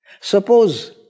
Suppose